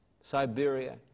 Siberia